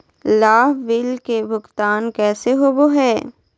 लाभ बिल के भुगतान कैसे होबो हैं?